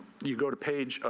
you go to page